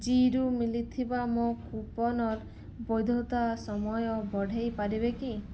ଜୀ'ରୁ ମିଳିଥିବା ମୋ କୁପନ୍ର ବୈଧତା ସମୟ ବଢ଼ାଇ ପାରିବି କି